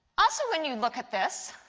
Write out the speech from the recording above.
also, when you look at this,